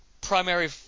primary –